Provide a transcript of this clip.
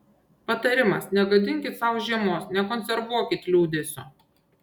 patarimas negadinkit sau žiemos nekonservuokit liūdesio